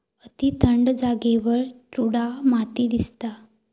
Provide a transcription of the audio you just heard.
अती थंड जागेवर टुंड्रा माती दिसता